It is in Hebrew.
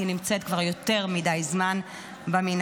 היא נמצאת כבר יותר מדי זמן במנהרות.